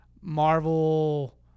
Marvel